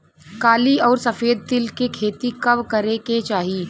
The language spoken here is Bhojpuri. काली अउर सफेद तिल के खेती कब करे के चाही?